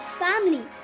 family